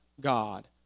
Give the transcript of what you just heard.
God